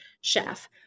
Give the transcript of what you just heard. chef